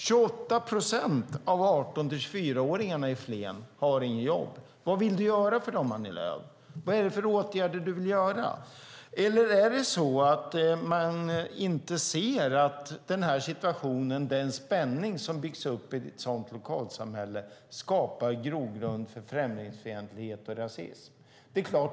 28 procent av 18-24-åringarna i Flen har inget jobb. Vad vill du göra för dem, Annie Lööf? Vad är det för åtgärder du vill vidta? Ser man inte att situationen bygger upp en spänning i ett sådant här lokalsamhälle som skapar en grogrund för främlingsfientlighet och rasism?